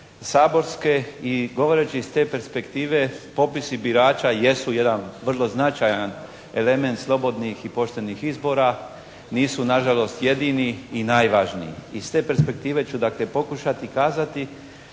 saborske i govoreći iz te perspektive popisi birača jesu jedan vrlo značajan element slobodnih i poštenih izbora, nisu na žalost jedini i najvažniji. Iz te perspektive ću dakle pokušati kazati